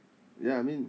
ya I mean